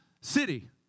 city